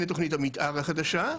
המתאר החדשה.